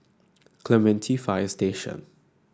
Clementi Fire Station